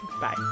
Bye